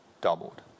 doubled